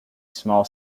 small